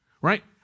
Right